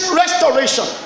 restoration